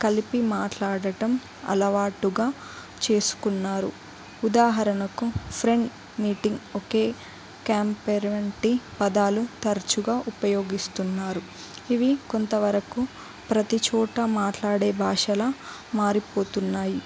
కలిపి మాట్లాడటం అలవాటు చేసుకున్నారు ఉదాహరణకు ఫ్రెండ్ మీటింగ్ ఓకే కంపేర్ వంటి పదాలు తరచుగా ఉపయోగిస్తున్నారు ఇవి కొంతవరకు ప్రతి చోట మాట్లాడే భాషల మారిపోతున్నాయి